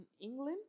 England